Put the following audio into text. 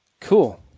Cool